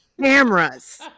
cameras